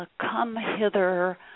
come-hither